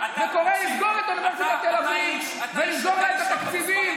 וקורא לסגור את אוניברסיטת תל אביב ולסגור לה את התקציבים,